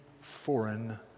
foreign